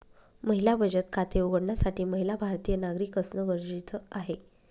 महिला बचत खाते उघडण्यासाठी महिला भारतीय नागरिक असणं गरजेच आहे